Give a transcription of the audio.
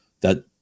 that-